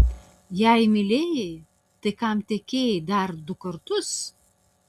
jei mylėjai tai kam tekėjai dar du kartus